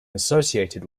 associated